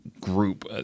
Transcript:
group